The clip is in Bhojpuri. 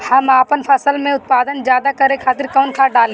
हम आपन फसल में उत्पादन ज्यदा करे खातिर कौन खाद डाली?